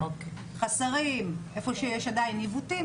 הזה,